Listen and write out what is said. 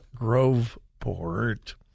Groveport